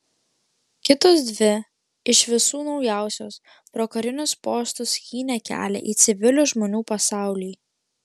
kitos dvi iš visų naujausios pro karinius postus skynė kelią į civilių žmonių pasaulį